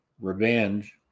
revenge